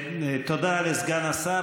תודה לסגן השר.